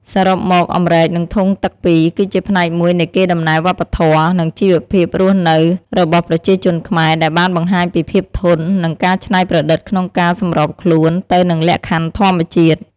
សរុបមក អម្រែក និងធុងទឹកពីរ គឺជាផ្នែកមួយនៃកេរដំណែលវប្បធម៌ និងជីវភាពរស់នៅរបស់ប្រជាជនខ្មែរ ដែលបានបង្ហាញពីភាពធន់ និងការច្នៃប្រឌិតក្នុងការសម្របខ្លួនទៅនឹងលក្ខខណ្ឌធម្មជាតិ។